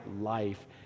life